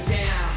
down